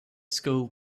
school